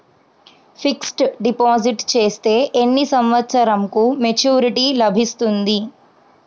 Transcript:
Fixed deposit చేస్తే ఎన్ని సంవత్సరంకు మెచూరిటీ లభిస్తుంది?